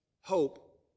hope